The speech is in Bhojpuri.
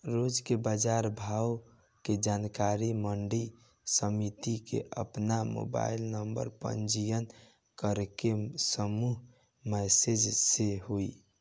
रोज के बाजार भाव के जानकारी मंडी समिति में आपन मोबाइल नंबर पंजीयन करके समूह मैसेज से होई?